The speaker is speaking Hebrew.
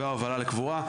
והובלה לקבורה.